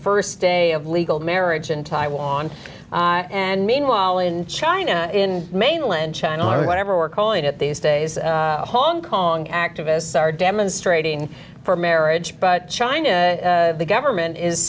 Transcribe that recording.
st day of legal marriage in taiwan and meanwhile in china in mainland china whatever we're calling it these days hong kong activists are demonstrating for marriage but china the government is